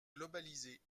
globalisées